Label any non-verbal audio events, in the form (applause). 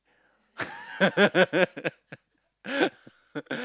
(laughs)